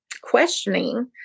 questioning